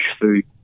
food